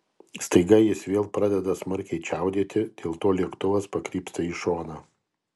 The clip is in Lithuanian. staiga jis vėl pradeda smarkiai čiaudėti dėl to lėktuvas pakrypsta į šoną